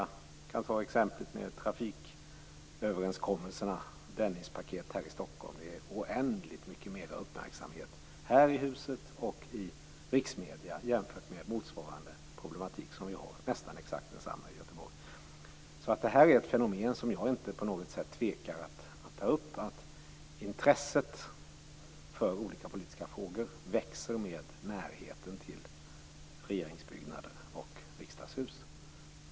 Jag kan ta exemplet med trafiköverenskommelserna och Dennispaketet här i Stockholm. Det är oändligt mycket mer uppmärksamhet kring det här i huset och i riksmedierna jämfört med motsvarande problematik som är nästan exakt densamma i Göteborg. Det är ett fenomen som jag inte på något sätt tvekar att ta upp och som innebär att intresset för olika politiska frågor växer med närheten till regeringsbyggnaderna och Riksdagshuset.